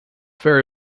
ferry